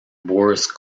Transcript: boris